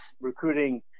recruiting